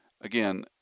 Again